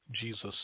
Jesus